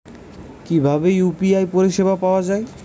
কিভাবে ইউ.পি.আই পরিসেবা পাওয়া য়ায়?